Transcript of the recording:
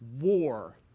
war